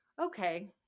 okay